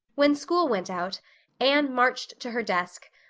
when school went out anne marched to her desk,